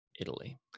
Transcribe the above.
Italy